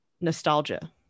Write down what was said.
nostalgia